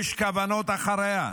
יש כוונות מאחוריה.